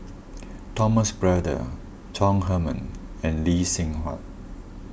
Thomas Braddell Chong Heman and Lee Seng Huat